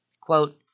Quote